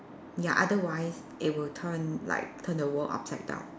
ya otherwise it will turn like turn the world upside down